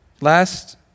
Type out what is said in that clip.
last